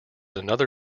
another